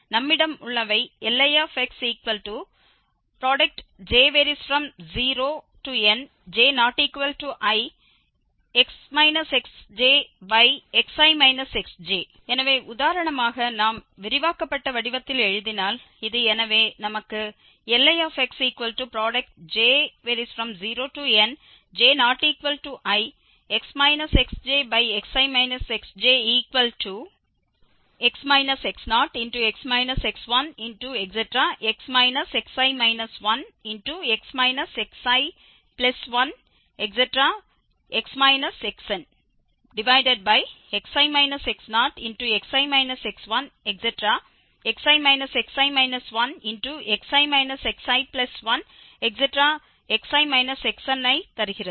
நம்மிடம் உள்ளவை Lixj0 j≠i nx xjxi xj எனவே உதாரணமாக நாம் விரிவாக்கப்பட்ட வடிவத்தில் எழுதினால் இது எனவே நமக்கு Lixj0 j≠i nx xjxi xjx x0x x1x xi 1x xi1xi x0xi x1xi xi 1xi xi1 ஐ தருகிறது